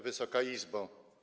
Wysoka Izbo!